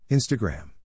Instagram